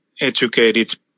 educated